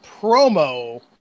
promo